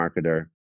marketer